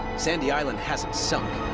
sandy island hasn't sunk.